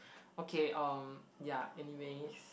okay um ya anyways